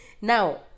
Now